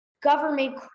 government